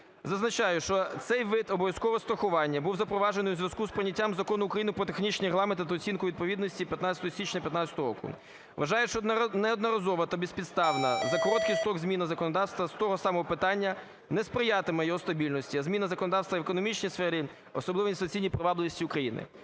Зазначаю, що цей вид обов'язкового страхування був запроваджений у зв'язку з прийняттям Закону України "Про технічні регламенти та оцінку відповідності" 15 січня 15-го року. Вважаю, що неодноразова та безпідставна за короткий строк зміна законодавства з того самого питання не сприятиме його стабільності, а зміна законодавства в економічній сфері – особливо інвестиційній привабливості України.